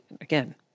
Again